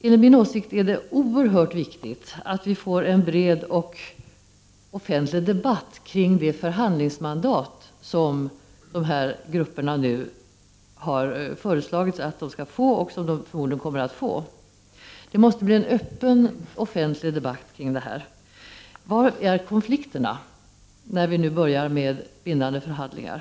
Enligt min åsikt är det oerhört viktigt att vi får en bred och offentligt debatt kring det förhandlingsmandat som de här grupperna får. Det måste bli en öppen offentlig debatt om detta. Var är konflikterna när vi nu börjar med bindande förhandlingar?